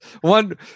One